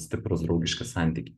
stiprūs draugiški santykiai